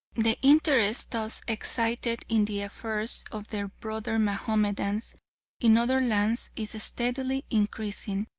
the interest thus excited in the affairs of their brother mahomedans in other lands is steadily increasing,